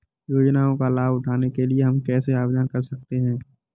योजनाओं का लाभ उठाने के लिए हम कैसे आवेदन कर सकते हैं?